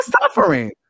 suffering